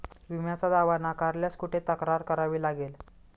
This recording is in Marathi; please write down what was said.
विम्याचा दावा नाकारल्यास कुठे तक्रार करावी लागेल?